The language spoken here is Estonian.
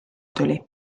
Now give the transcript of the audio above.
tuli